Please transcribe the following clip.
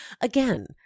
Again